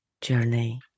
journey